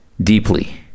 deeply